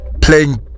playing